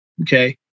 Okay